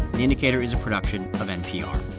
the indicator is a production of npr